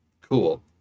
Cool